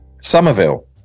Somerville